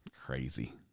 Crazy